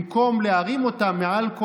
במקום להרים אותם מעל,